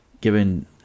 given